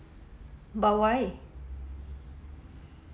but why